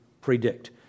predict